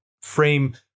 frame